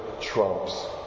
trumps